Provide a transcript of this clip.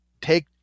take